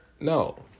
No